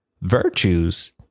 virtues